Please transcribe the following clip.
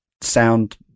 sound